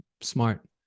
smart